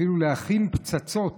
אפילו להכין פצצות